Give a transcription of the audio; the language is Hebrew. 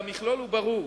והמכלול הוא ברור.